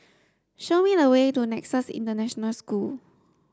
show me the way to Nexus International School